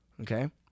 okay